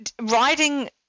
writing